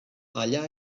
allà